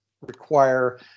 require